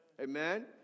amen